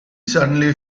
suddenly